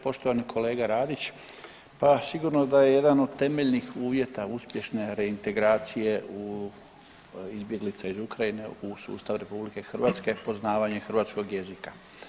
Poštovani kolega Radić, pa sigurno da je jedan od temeljnih uvjeta uspješne reintegracije izbjeglica iz Ukrajine u sustav RH poznavanje hrvatskog jezika.